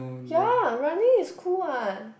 ya running is cool what